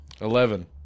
eleven